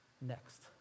next